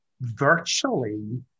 virtually